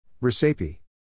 Recipe